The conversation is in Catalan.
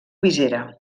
visera